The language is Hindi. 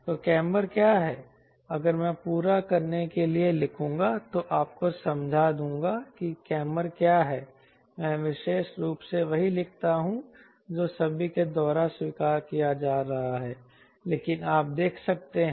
तो कैमर क्या है अगर मैं पूरा करने के लिए लिखूँगा तो आपको समझा दूँगा कि कैमर क्या है मैं विशेष रूप से वही लिखता हूँ जो सभी के द्वारा स्वीकार किया जा रहा है लेकिन आप देख सकते हैं